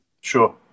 Sure